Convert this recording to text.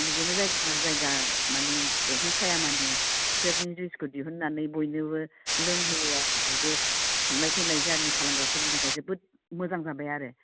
बिदिनो जायखिजाया जायगा दा माने दंफा सायामानि खुसेरनि जुइसखौ दिहुननानै बयनोबो लोंहोयो आरो बयबो थांलाय फैलाय जार्नि खालामग्राफोरनि थाखाय जोबोद मोजां जाबाय आरो